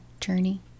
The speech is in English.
journey